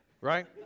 right